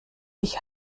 ich